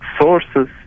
sources